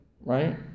Right